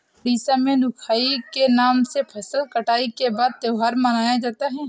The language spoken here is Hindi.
उड़ीसा में नुआखाई के नाम से फसल कटाई के बाद त्योहार मनाया जाता है